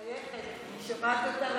אני מחייכת, אני שומעת אותה ומחייכת.